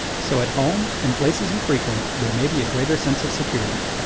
so at home and places you frequent there may be a greater sense of security.